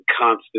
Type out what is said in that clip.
constant